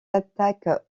attaques